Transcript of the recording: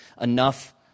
enough